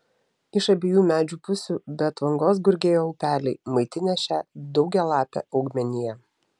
iš abiejų medžių pusių be atvangos gurgėjo upeliai maitinę šią daugialapę augmeniją